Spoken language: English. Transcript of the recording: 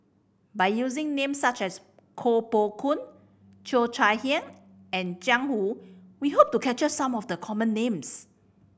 by using names such as Koh Poh Koon Cheo Chai Hiang and Jiang Hu we hope to capture some of the common names